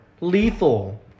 lethal